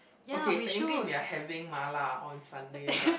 okay technically we are having mala on Sunday but